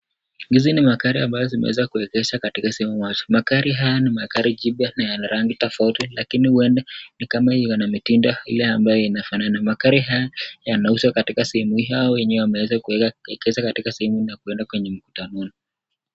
Hizi ni magari ambazo zimeweza kuegeshwa katika sehemu moja . Magari haya ni magari jipya na yana rangi tofauti lakini huenda ni kama iko na mitindo ile ambayo inafanana . Magari haya yanauzwa katika sehemu hii au wenyewe wameweza kuegesha katika sehemu hii na kuenda kwenye mkutanoni .